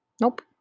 Nope